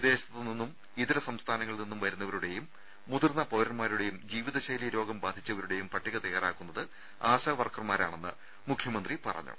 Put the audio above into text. വിദേശത്തുനിന്നും ഇതര വരുന്നവരുടെയും മുതിർന്ന പൌരന്മാരുടെയും ജീവിതശൈലി രോഗം ബാധിച്ചവരുടെയും പട്ടിക തയ്യാറാക്കുന്നത് ആശാ വർക്കർമാരാണെന്ന് മുഖ്യമന്ത്രി പറഞ്ഞു